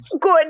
Good